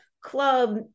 club